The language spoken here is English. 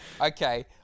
okay